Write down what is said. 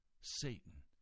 Satan